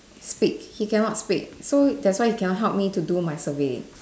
speak he cannot speak so that's why he cannot help me do to my survey